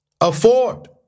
afford